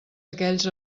aquells